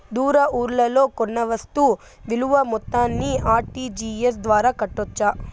దూర ఊర్లలో కొన్న వస్తు విలువ మొత్తాన్ని ఆర్.టి.జి.ఎస్ ద్వారా కట్టొచ్చా?